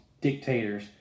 dictators